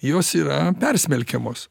jos yra persmelkia mus